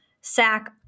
sack